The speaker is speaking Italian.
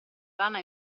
rana